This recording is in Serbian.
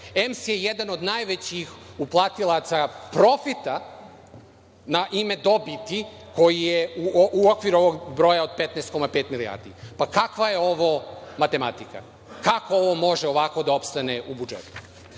EMS je jedan od najvećih uplatilaca profita na ime dobiti koji je u okviru ovog broja od 15,5 milijardi. Pa, kakva je ovo matematika? Kako ovo može ovako da opstane u budžetu? Zatim,